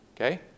Okay